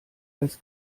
als